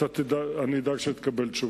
אני אדאג שתקבל תשובה.